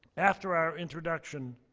after our introduction,